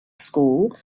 school